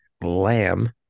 lamb